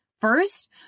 First